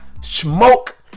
smoke